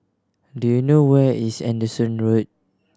do you know where is Anderson Road